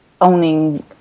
owning